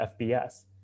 FBS